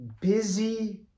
busy